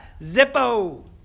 Zippo